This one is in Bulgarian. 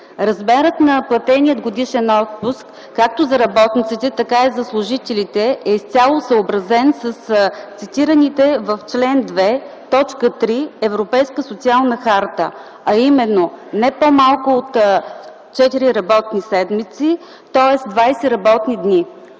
Размерът на платения годишен отпуск, както за работниците, така и за служителите е изцяло съобразен с цитираните в чл. 2, т. 3 Европейска социална харта, а именно не по-малко от 4 работни седмици, тоест 20 работни дни.